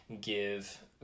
give